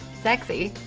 sexy.